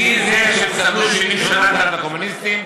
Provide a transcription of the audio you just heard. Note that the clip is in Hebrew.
בגין זה שהם סבלו 70 שנה תחת הקומוניסטים,